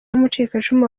w’umucikacumu